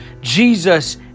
Jesus